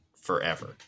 forever